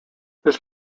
this